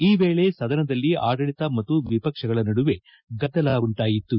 ಈ ವೇಳೆ ಸದನದಲ್ಲಿ ಆಡಳಿತ ಮತ್ತು ವಿಪಕ್ಷಗಳ ನಡುವೆ ಗದ್ದಲ ಉಂಟಾಯಿತು